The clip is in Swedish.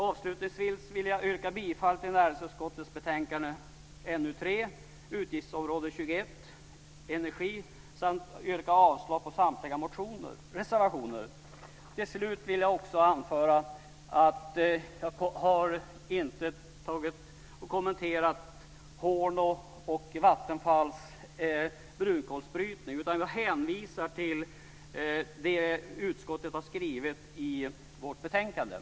Avslutningsvis yrkar jag bifall till näringsutskottets förslag i betänkande 2001/02:NU3, Allra sist: Jag har inte kommenterat byn Horno och Vattenfalls brunkolsbrytning utan hänvisar där till vad utskottet skriver i betänkandet.